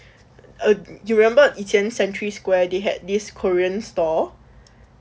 eh you remembered 以前:yi qianan century square they had this korean store